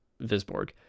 visborg